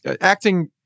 Acting